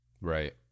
Right